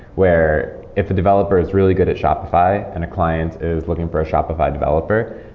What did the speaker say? where if the developer is really good at shopify and a client is looking for a shopify developer,